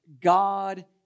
God